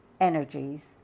energies